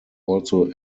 also